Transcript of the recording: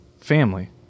family